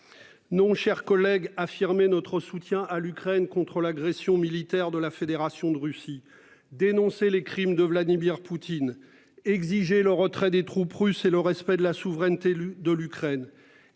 Non, cher collègue affirmés notre soutien à l'Ukraine contre l'agression militaire de la Fédération de Russie. Dénoncer les crimes de Vladimir Poutine exigé le retrait des troupes russes et le respect de la souveraineté, élu de l'Ukraine